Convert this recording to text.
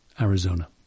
Arizona